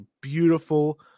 beautiful